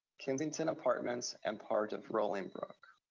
kensington apartments, and part of rollingbrook.